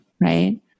right